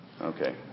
Okay